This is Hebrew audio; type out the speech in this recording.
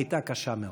הייתה קשה מאוד.